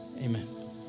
Amen